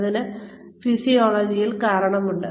അതിന് ഫിസിയോളജിക്കൽ കാരണമുണ്ട്